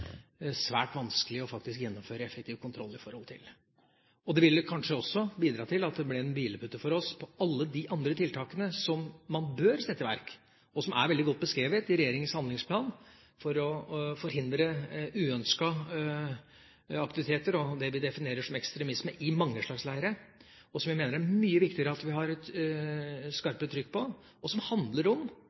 svært vanskelig å gjennomføre en effektiv kontroll med dette. Det ville kanskje også bidra til at det ble en hvilepute for oss når det gjelder alle de andre tiltakene man bør sette i verk, og som er veldig godt beskrevet i regjeringens handlingsplan for å forhindre uønskede aktiviteter, og det vi definerer som ekstremisme i mange slags leirer. Jeg mener det er mye viktigere at vi har skarpere trykk på det som handler om